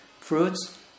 fruits